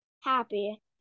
happy